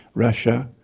russia,